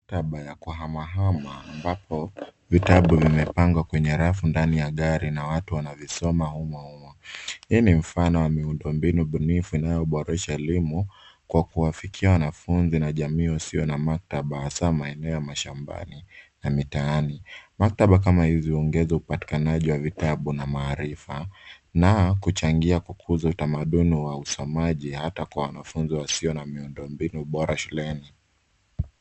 Maktaba ya kuhamahama ambapo vitabu vimepangwa kwenye rafu ndani ya gari ambapo watu wanazisoma humo humo. Hii ni mfano wa miundombinu bunifu inayoboresha elimu kwa kuwafikia wanafunzi na jamii wasio na maktaba hasa eneo la mashambani na mitaani. Maktaba kama hizi huongeza upatikanaji wa vitabu na maarifa na kuchangia kukuza utamaduni wa usomaji hata kwa wanafunzi wasio na miundombinu bora shuleni.